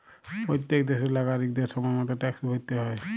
প্যত্তেক দ্যাশের লাগরিকদের সময় মত ট্যাক্সট ভ্যরতে হ্যয়